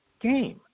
game